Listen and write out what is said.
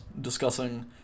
discussing